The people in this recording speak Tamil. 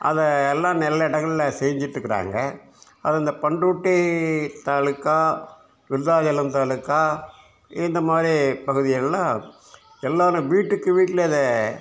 அதை எல்லாம் நல்ல இடங்கள்ல செஞ்சுட்டு இருக்கிறாங்க அது இந்த பண்ரூட்டி தாலுக்கா விருதாச்சலம் தாலுக்கா இந்தமாதிரி பகுதிகளில் எல்லோரும் வீட்டுக்கு வீட்டில் இதை